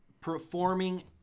performing